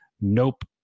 nope